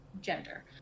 gender